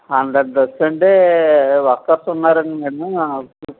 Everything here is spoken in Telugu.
హండ్రెడ్ డ్రస్ అంటే వర్కర్స్ ఉన్నారు అండి మరి